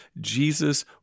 Jesus